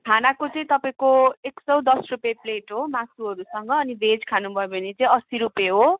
खानाको चाहिँ तपाईँको एक सौ दस रुपियाँ प्लेट हो मासुहरूसँग अनि भेज खानु भयो भने चाहिँ असी रुपियाँ हो